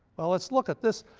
well let's look at this,